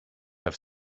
have